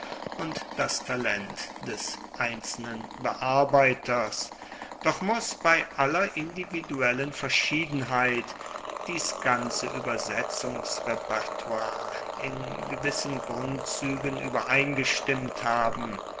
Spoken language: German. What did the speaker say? und das talent des einzelnen bearbeiters doch muss bei aller individuellen verschiedenheit dies ganze uebersetzungsrepertoire in gewissen grundzuegen uebereingestimmt haben